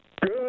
Good